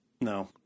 No